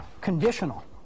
conditional